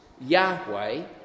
yahweh